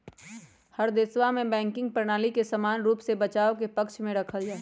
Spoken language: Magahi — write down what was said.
हर देशवा में बैंकिंग प्रणाली के समान रूप से बचाव के पक्ष में रखल जाहई